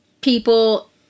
people